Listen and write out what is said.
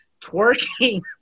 twerking